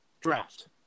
draft